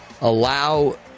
allow